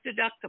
deductible